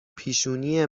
پیشونی